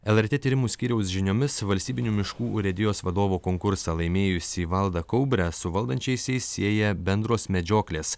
lrt tyrimų skyriaus žiniomis valstybinių miškų urėdijos vadovo konkursą laimėjusį valdą kaubrę su valdančiaisiais sieja bendros medžioklės